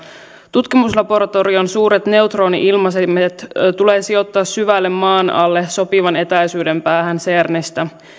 tutkimuslaboratorion suuret neutroni ilmaisimet tulee sijoittaa syvälle maan alle sopivan etäisyyden päähän cernistä